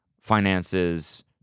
finances